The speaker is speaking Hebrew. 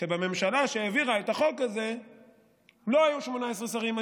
שבממשלה שהעבירה את החוק הזה לא היו 18 שרים,